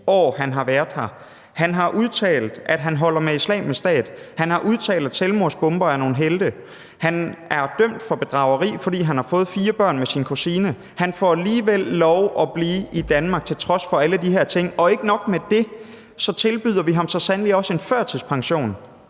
år, han har været her. Han har udtalt, at han holder med Islamisk Stat. Han har udtalt, at selvmordsbombere er nogle helte. Han er dømt for bedrageri, fordi han har fået fire børn med sin kusine. Han får alligevel lov at blive i Danmark til trods for alle de her ting, og ikke nok med det tilbyder vi ham så sandelig også en førtidspension.